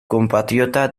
compatriota